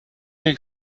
est